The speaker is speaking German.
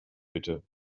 bitte